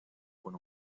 con